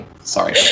Sorry